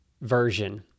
version